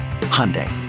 Hyundai